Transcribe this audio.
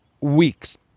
weeks